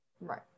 Right